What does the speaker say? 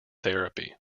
therapy